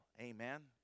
Amen